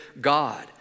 God